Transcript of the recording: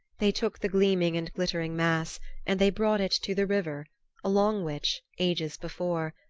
they took the gleaming and glittering mass and they brought it to the river along which, ages before,